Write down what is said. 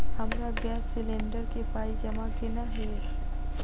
हमरा gas cylinder केँ पाई जमा केना हएत?